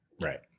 Right